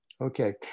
okay